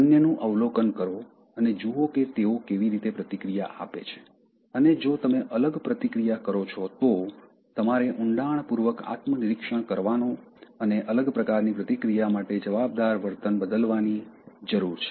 અન્યનું અવલોકન કરો અને જુઓ કે તેઓ કેવી રીતે પ્રતિક્રિયા આપે છે અને જો તમે અલગ પ્રતિક્રિયા કરો છો તો તમારે ઉંડાણપૂર્વક આત્મનિરીક્ષણ કરવાની અને અલગ પ્રકારની પ્રતિક્રિયા માટે જવાબદાર વર્તન બદલવાની જરૂર છે